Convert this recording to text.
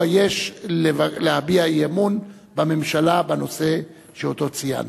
יש להביע אי-אמון בממשלה בנושא אותו ציינו.